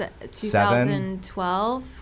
2012